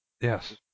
Yes